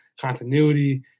continuity